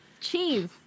Cheese